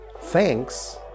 thanks